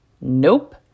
Nope